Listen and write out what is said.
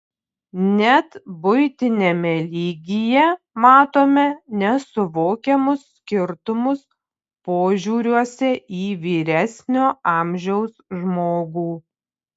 net buitiniame lygyje matome nesuvokiamus skirtumus požiūriuose į vyresnio amžiaus žmogų